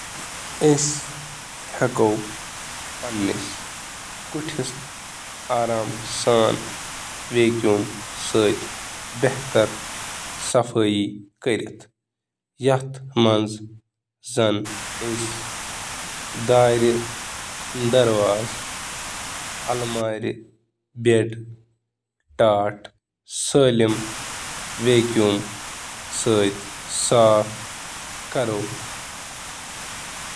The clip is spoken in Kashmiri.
باقٲعِدگی سان ویکیوم کرنہٕ سۭتۍ ہیٚکہِ گندٕ تہٕ گردِ کڑنَس منٛز مدد مِلِتھ، تُہنٛدٮ۪ن فرشَن، قالین تہٕ فرنیچرَس نۄقصان رُکٲوِتھ، تہٕ أنٛدروٗنی ہوہُک معیار بہتر بنٲوِتھ۔